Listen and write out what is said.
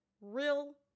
real